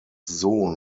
sohn